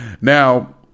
Now